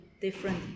different